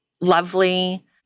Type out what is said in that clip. lovely